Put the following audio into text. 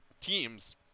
teams